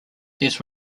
these